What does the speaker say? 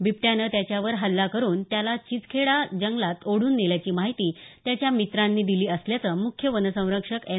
बिबट्यानं त्याच्यावर हल्ला करून त्याला चिचखेडा जंगलात ओढून नेल्याची माहिती त्याच्या मित्रांनी दिली असल्याचं मुख्य वनसंरक्षक एन